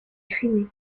crimée